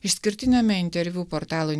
išskirtiniame interviu portalui